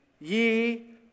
ye